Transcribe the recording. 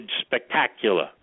spectacular